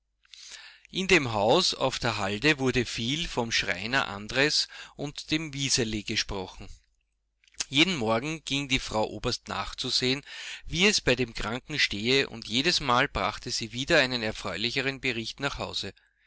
in dem hause auf der halde wurde viel vom schreiner andres und dem wiseli gesprochen jeden morgen ging die frau oberst nachzusehen wie es bei dem kranken stehe und jedesmal brachte sie wieder einen erfreulicheren bericht nach hause